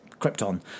Krypton